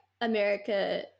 america